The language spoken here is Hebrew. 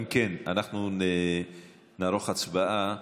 אנחנו נערוך הצבעה.